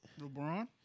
LeBron